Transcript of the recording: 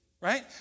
right